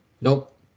Nope